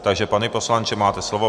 Takže pane poslanče, máte slovo.